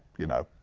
you know.